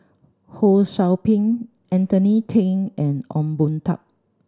Ho Sou Ping Anthony Then and Ong Boon Tat